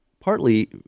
partly